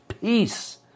Peace